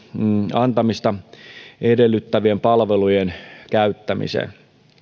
antamista edellyttävien palvelujen käyttämiseen